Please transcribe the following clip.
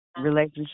relationship